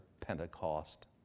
Pentecost